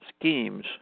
schemes